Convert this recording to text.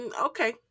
Okay